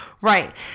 Right